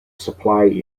supply